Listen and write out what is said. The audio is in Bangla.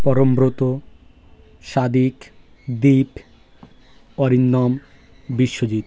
পরমব্রত সাদিক দীপ অরিন্দম বিশ্বজিৎ